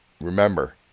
remember